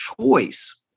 choice